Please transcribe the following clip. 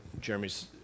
Jeremy's